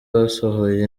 basohoye